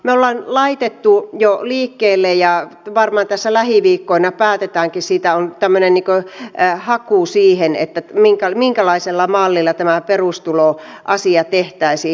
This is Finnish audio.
me olemme laittaneet jo liikkeelle tämän ja varmaan tässä lähiviikkoina päätetäänkin on tämmöinen haku siihen minkälaisella mallilla tämä perustuloasia tehtäisiin